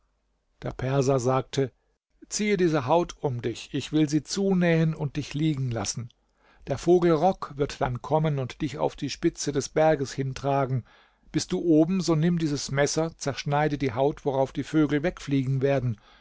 der perser sagte ziehe diese haut um dich ich will sie zunähen und dich liegen lassen der vogel rock wird dann kommen und dich auf die spitze des berges hintragen bist du oben so nimm dieses messer zerschneide die haut worauf die vögel wegfliegen werden